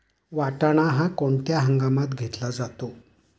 वाटाणा हा कोणत्या हंगामात घेतला जातो?